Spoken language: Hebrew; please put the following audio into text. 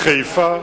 בחיפה,